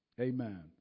Amen